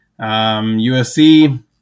USC